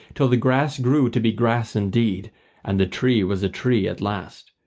till the grass grew to be grass indeed and the tree was a tree at last.